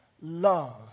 love